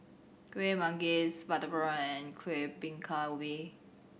Kueh Manggis butter prawn and Kuih Bingka Ubi